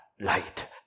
light